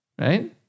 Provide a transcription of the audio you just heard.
Right